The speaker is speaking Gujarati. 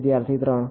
વિદ્યાર્થી 3